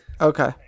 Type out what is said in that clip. Okay